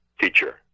teacher